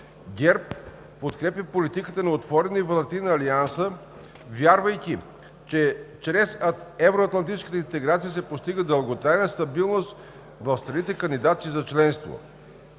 ГЕРБ подкрепя политиката на отворени врати на Алианса, вярвайки, че чрез евроатлантическата интеграция се постига дълготрайна стабилност в страните, кандидатки за членство.